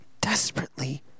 Desperately